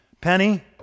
Penny